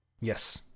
Yes